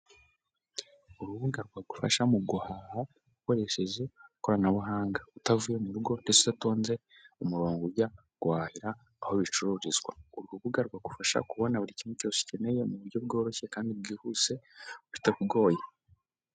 Urubuga rwagufasha mu guhaha ukoresheje ikoranabuhanga utavuye mu rugo ndetse udatonze umurongo ujya guhahira aho bicururizwa, uru rubuga rwagufasha kubona buri kimwe cyose ukeneye mu buryo bworoshye kandi bwihuse bitakugoye.